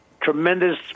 Tremendous